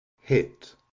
Hit